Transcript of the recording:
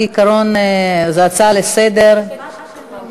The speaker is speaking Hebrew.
כעיקרון, זו הצעה לסדר-היום.